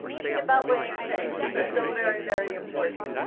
think about what you're saying. it's so very very important.